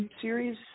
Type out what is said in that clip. series